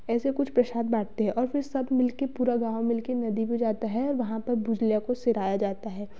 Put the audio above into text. ऐसे कुछ प्रशाद बाटते है और फिर सब मिलके पूरा गाँव मिलकर नदी में जाता है और वहाँ पर बुझलिया को सिराया जाता है